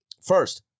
First